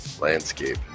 landscape